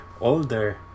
older